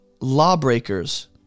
lawbreakers